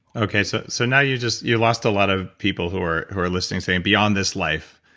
okay. so so now you're just you're lost a lot of people who are who are listening saying beyond this life.